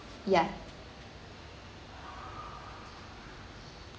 ya